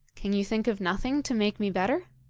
can you think of nothing to make me better